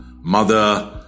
Mother